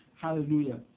hallelujah